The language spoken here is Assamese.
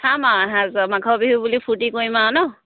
মাঘৰ বিহু বুলি ফূৰ্তি কৰিম আৰু ন